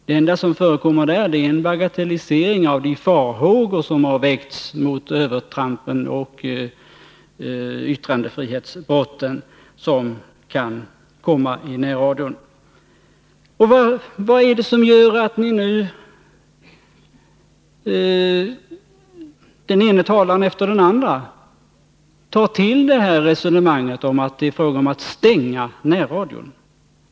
Det enda som förekommer där är en bagatellisering av de farhågor som har väckts mot de övertramp och yttrandefrihetsbrott som kan komma i närradion. Vad är det som gör att den ene talaren efter den andre nu tar till resonemanget om att det skulle vara fråga om att stänga närradion?